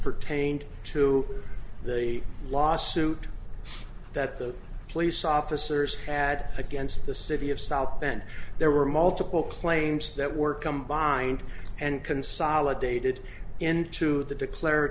pertained to the lawsuit that the police officers had against the city of south bend there were multiple claims that were combined and consolidated into the